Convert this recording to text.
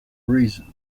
reasons